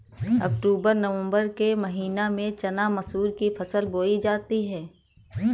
अक्टूबर नवम्बर के महीना में चना मसूर की फसल बोई जाती है?